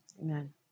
Amen